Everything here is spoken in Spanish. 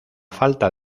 falta